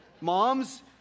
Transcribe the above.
Moms